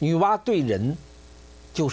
you do